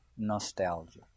nostalgia